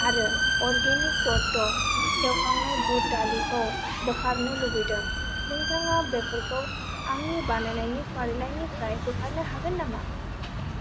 आरो अर्गेनिक तत्व एवखांनाय बुद दालिखौ बोखारनो लुबैदों नोंथाङा बेफोरखौ आंनि बानायनायनि फारिलाइनिफ्राय बोखारनो हागोन नामा